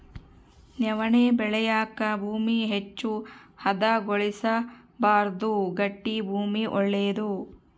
ನವಣೆ ಬೆಳೆಯಾಕ ಭೂಮಿ ಹೆಚ್ಚು ಹದಗೊಳಿಸಬಾರ್ದು ಗಟ್ಟಿ ಭೂಮಿ ಒಳ್ಳೇದು